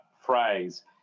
phrase